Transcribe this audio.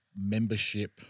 membership